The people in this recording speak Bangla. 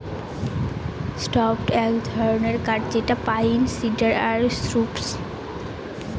সফ্টউড এক ধরনের কাঠ যেটা পাইন, সিডার আর সপ্রুস